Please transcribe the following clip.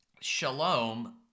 Shalom